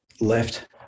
left